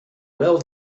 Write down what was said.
well